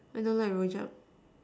I don't like rojak